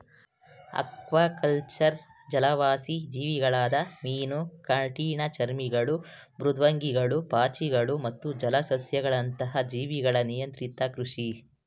aquaculture ಜಲವಾಸಿ ಜೀವಿಗಳಾದ ಮೀನು ಕಠಿಣಚರ್ಮಿಗಳು ಮೃದ್ವಂಗಿಗಳು ಪಾಚಿಗಳು ಮತ್ತು ಜಲಸಸ್ಯಗಳಂತಹ ಜೀವಿಗಳ ನಿಯಂತ್ರಿತ ಕೃಷಿ